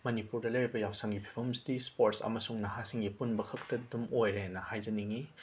ꯃꯅꯤꯄꯨꯔꯗ ꯂꯩꯔꯤꯕ ꯌꯥꯎꯁꯪꯒꯤ ꯐꯤꯕꯝꯁꯤꯗꯤ ꯁ꯭ꯄꯣꯔꯠꯁ ꯑꯃꯁꯨꯡ ꯅꯍꯥꯁꯤꯡꯒꯤ ꯄꯨꯟꯕ ꯈꯛꯇ ꯑꯗꯨꯝ ꯑꯣꯏꯔꯦꯅ ꯍꯥꯏꯖꯅꯤꯡꯏ